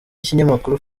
ikinyamakuru